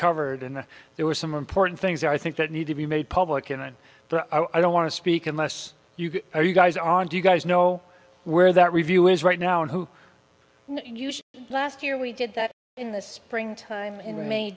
covered and there were some important things i think that need to be made public and i don't want to speak unless you are you guys are do you guys know where that review is right now and who use last year we did that in the spring time in may